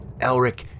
Elric